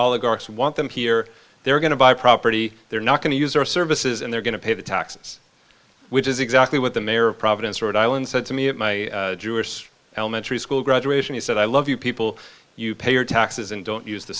course want them here they're going to buy property they're not going to use our services and they're going to pay the taxes which is exactly what the mayor of providence rhode island said to me at my jewish elementary school graduation he said i love you people you pay your taxes and don't use the